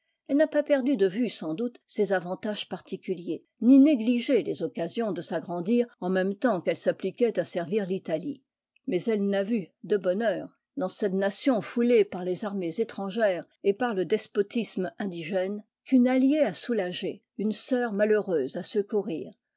elle n'a pas perdu de vue sans doute ses avantages particuliers ni négligé les occasions de s'agrandir eu même temps qu'elle s'appliquait à servir l'italie mais elle n'a vu de bonne heure dans digitized by google cette nation foulée par les armées étrangères et par le despotisme indigène qu'une alliée à soulager une sœur malheureuse à secourir